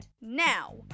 Now